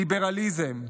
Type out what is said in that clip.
ליברליזם.